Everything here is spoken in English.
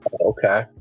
okay